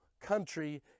country